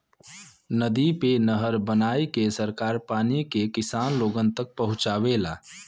नदी पे नहर बनाईके सरकार पानी के किसान लोगन तक पहुंचावेला